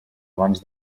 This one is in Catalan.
abans